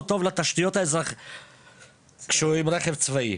הוא טוב לתשתיות כשהוא עם רכב צבאי.